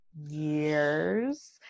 years